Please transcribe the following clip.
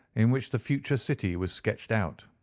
in which the future city was sketched out.